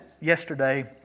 yesterday